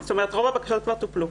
רוב הבקשות כבר טופלו.